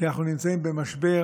כי אנחנו נמצאים במשבר